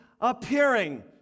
appearing